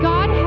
God